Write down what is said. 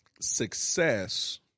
Success